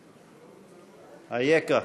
אייכה?